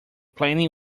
plenty